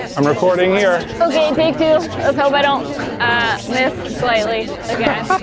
i'm recording here. okay take two, let's hope i don't miss slightly again.